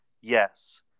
yes